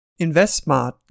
InvestSmart